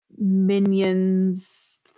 minions